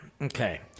Okay